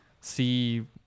see